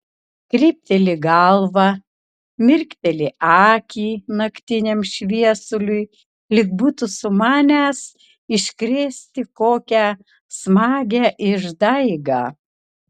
krypteli galvą mirkteli akį naktiniam šviesuliui lyg būtų sumanęs iškrėsti kokią smagią išdaigą